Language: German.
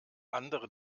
andere